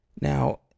Now